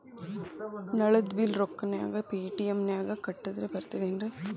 ನಳದ್ ಬಿಲ್ ರೊಕ್ಕನಾ ಪೇಟಿಎಂ ನಾಗ ಕಟ್ಟದ್ರೆ ಬರ್ತಾದೇನ್ರಿ?